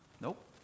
Nope